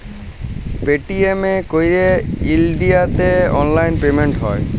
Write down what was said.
Paytm এ ক্যইরে ইলডিয়াতে অললাইল পেমেল্ট হ্যয়